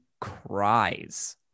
cries